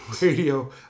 Radio